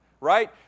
right